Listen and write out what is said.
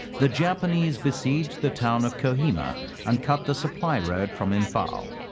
the japanese besieged the town of kohima and cut the supply road from imphal.